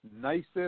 nicest